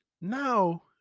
now